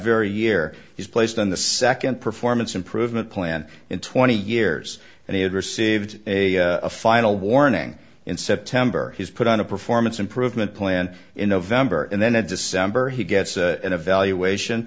very year he's placed on the second performance improvement plan in twenty years and he had received a final warning in september he's put on a performance improvement plan in november and then at december he gets an evaluation